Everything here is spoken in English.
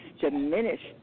diminished